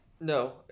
No